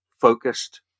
focused